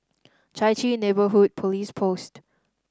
Chai Chee Neighbourhood Police Post